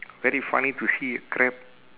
very funny to see crab